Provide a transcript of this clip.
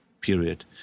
period